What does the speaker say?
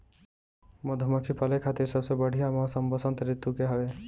मधुमक्खी पाले खातिर सबसे बढ़िया मौसम वसंत ऋतू के हवे